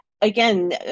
Again